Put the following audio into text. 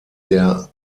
der